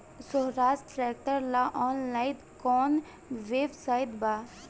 सोहराज tractor ला online कोउन website बा?